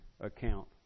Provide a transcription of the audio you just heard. account